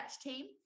Team